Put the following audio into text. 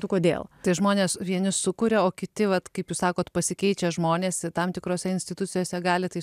kodėl tai žmonės vieni sukuria o kiti vat kaip jūs sakot pasikeičia žmonės tam tikrose institucijose gali tai